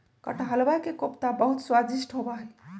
कटहलवा के कोफ्ता बहुत स्वादिष्ट होबा हई